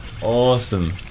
Awesome